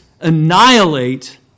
annihilate